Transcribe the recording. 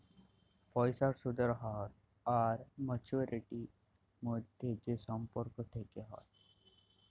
পয়সার সুদের হ্য়র আর মাছুয়ারিটির মধ্যে যে সম্পর্ক থেক্যে হ্যয়